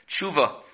tshuva